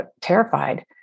terrified